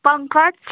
पङ्कज